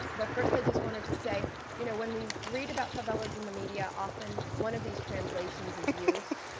but first, i just wanted to say you know when we read about favelas in the media, often one of these translations is used.